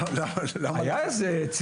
וגם את שרת החינוך יפעת שאשא ביטון,